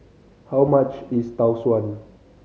how much is Tau Suan